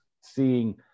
seeing